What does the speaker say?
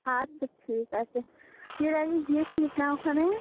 আচ্ছা ঠিক আছে তুই এর আগে গিয়েছিলিস না ওখানে